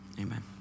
Amen